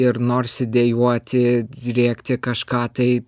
ir norisi dejuoti rėkti kažką tai